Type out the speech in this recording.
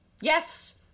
Yes